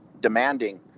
demanding